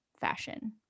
fashion